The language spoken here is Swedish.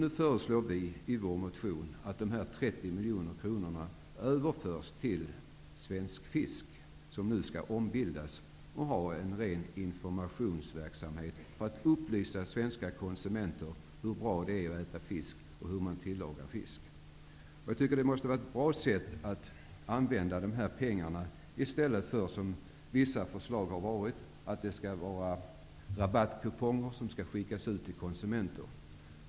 Nu föreslår vi i vår motion att dessa 30 miljoner kronor överförs till Svensk Fisk, som nu skall ombildas och bedriva ren informationsverksamhet för att upplysa svenska konsumenter om hur bra det är att äta fisk och hur man tillagar fisk. Det är enligt min mening ett bra sätt att använda dessa pengar i stället för att som enligt vissa förslag skicka ut rabattkuponger till konsumenter.